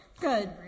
Good